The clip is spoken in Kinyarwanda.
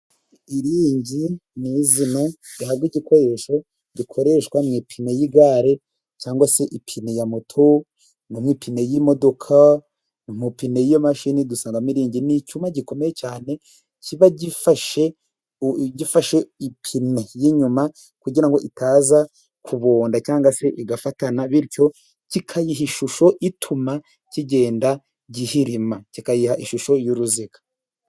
Iringi ni izina rihabwe igikoresho gikoreshwa mu ipine y'igare cyangwa se ipine ya moto n'ipine y'imodoka ,mu pine y'imashini dusanga mo imiringi, n'icyuma gikomeye cyane kiba gifashe , igifashe ipini y'inyuma kugira ngo itaza kubonda cyangwa se rigafatana, bityo kikayiha ishusho ituma kigenda gihirima, kikayiha ishusho y'uruziga.